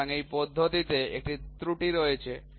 সুতরাং এই পদ্ধতিতেও একটি ত্রুটি রয়েছে